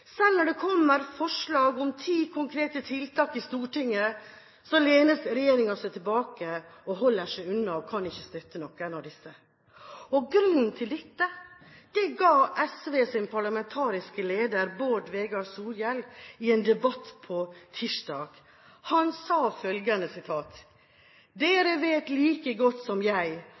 Selv når det kommer forslag om ti konkrete tiltak i Stortinget, lener regjeringen seg tilbake, holder seg unna og kan ikke støtte noen av disse. Og grunnen til dette ga SVs parlamentariske leder, Bård Vegar Solhjell, i en debatt på tirsdag. Han sa følgende: «Dere vet like godt som jeg